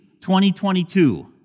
2022